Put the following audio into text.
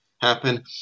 happen